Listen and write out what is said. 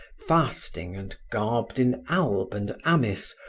fasting and garbed in alb and amice,